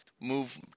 move